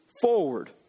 forward